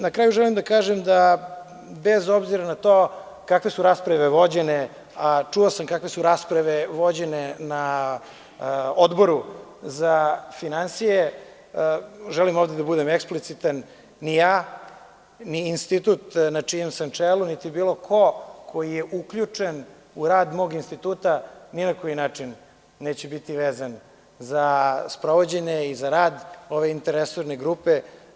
Na kraju želim da kažem da, bez obzira na to kakve su rasprave vođene, a čuo sam kakve su rasprave vođene na Odboru za finansije, želim ovde da budem eksplicitan, ni ja, ni institut na čijem sam čelu, niti bilo ko ko je uključen u rad mog instituta ni na koji način neće biti vezan za sprovođenje i za rad ove interresorne grupe.